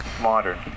Modern